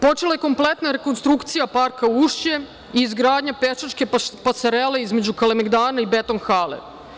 Počela je kompletna rekonstrukcija parka Ušće i izgradnja pešačke pasarele između Kalemegdana i Beton hale.